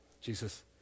Jesus